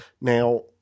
Now